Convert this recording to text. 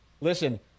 Listen